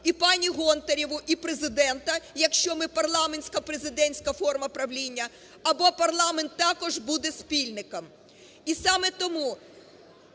і пані Гонтареву, і Президента, якщо ми парламентсько-президентська форма правління, або парламент також буде спільником.